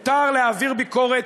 מותר להעביר ביקורת,